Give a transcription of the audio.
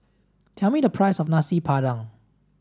tell me the price of Nasi Padang